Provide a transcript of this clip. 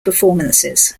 performances